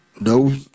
No